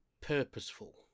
purposeful